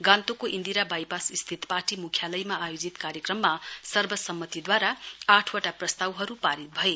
गान्तोकको इन्दिरा बाइपास स्थित पार्टी मुख्यालयमा आयोजित कार्यक्रममा सर्वसम्मतिद्वारा आठवटा प्रस्तावहरू पारित भए